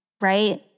right